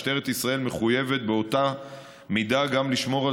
משטרת ישראל מחויבת באותה מידה גם לשמור על